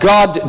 God